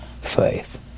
faith